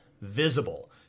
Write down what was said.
visible